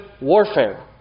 warfare